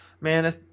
man